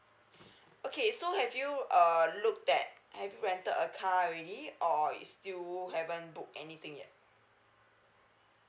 okay so have you err looked at have you rented a car already or you still haven't book anything yet